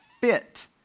fit